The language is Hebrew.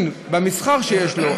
ובמסחר שיש לו,